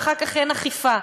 ואחר כך אין אכיפה.